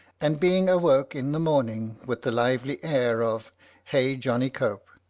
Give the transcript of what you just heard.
and being awoke in the morning with the lively air of hey, johnny cope.